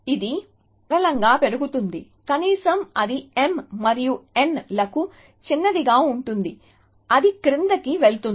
ఇది సరళంగా పెరుగుతుంది కనీసం అది m మరియు n లకు చిన్నదిగా ఉంటుంది అది క్రిందికి వెళుతుంది